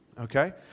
okay